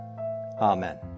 Amen